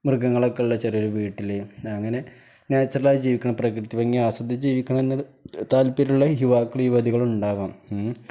മൃഗങ്ങളൊക്കെയുള്ള ചെറിയൊരു വീട്ടില് അങ്ങനെ നാച്ചുറലായി ജീവിക്കണം പ്രകൃതിഭംഗി ആസ്വദിച്ച് ജീവിക്കണമെന്ന് താല്പര്യമുള്ള യുവാക്കൾ യുവതികളുണ്ടാകാം ഉം